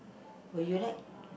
will you like